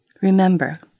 Remember